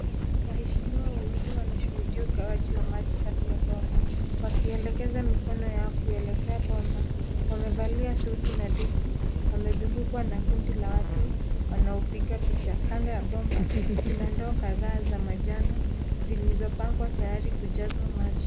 Waheshima wawili wanashuhudia ugawaji wa maji safi ya bomba wakielegeza mikono yao kuelekea bomba. Wamevalia suti nadhifu, wamezungukwa na kundi la watu wanapiga picha. Kando ya bomba kuna ndoo kadhaa za manjano zilizopangwa tayari kujazwa maji.